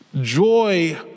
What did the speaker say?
Joy